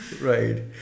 Right